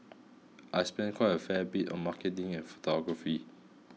I spend quite a fair bit on marketing and photography